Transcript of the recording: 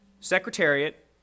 Secretariat